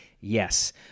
Yes